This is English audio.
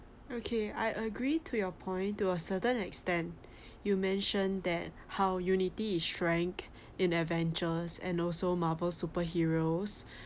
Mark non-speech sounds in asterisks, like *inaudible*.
okay I agree to your point to a certain extent *breath* you mention that how unity is strength in adventures and also marvel superheroes *breath*